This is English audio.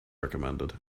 recommended